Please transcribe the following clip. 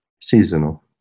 seasonal